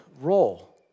role